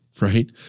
right